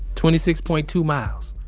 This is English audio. twenty six point two miles.